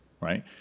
right